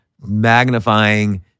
magnifying